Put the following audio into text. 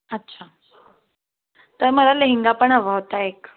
अच्छा तर मला लेहेंगा पण हवा होता एक